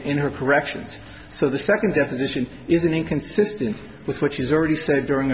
her corrections so the second deposition isn't inconsistent with what she's already said during